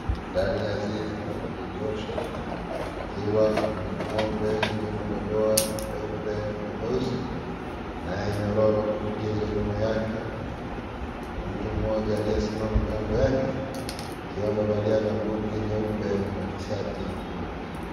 Ndani ya zizi kwenye josho pakiwa na ng'ombe iliyo na madoa meupe na meusi na nyororo kupitizwa nyuma yake na mtu mmoja aliyesimama kando yake akiwa amevalia gambuti nyeupe na shati nyeupe.